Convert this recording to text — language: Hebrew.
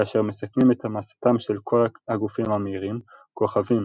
כאשר מסכמים את מסתם של כל הגופים המאירים כוכבים,